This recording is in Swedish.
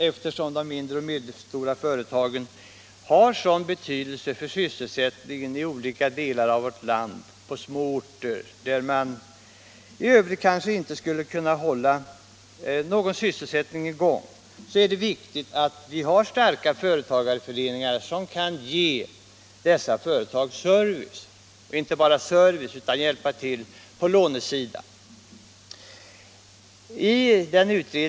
Eftersom dessa företag har mycket stor betydelse för sysselsättningen i olika delar av vårt land på små orter, där det kanske inte skulle vara möjligt att utan dem hålla någon sysselsättning i gång, är det viktigt att vi har starka företagareföreningar, som kan ge dessa företag service och hjälpa till på lånesidan.